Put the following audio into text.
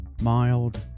mild